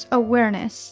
awareness